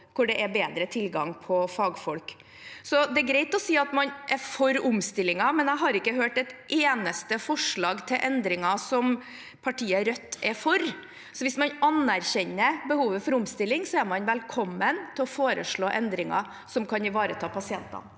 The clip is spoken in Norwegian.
hvor det er bedre tilgang på fagfolk. Det er greit å si at man er for omstillingen, men jeg har ikke hørt at partiet Rødt er for et eneste forslag til endringer. Hvis man anerkjenner behovet for omstilling, er man velkommen til å foreslå endringer som kan ivareta pasientene.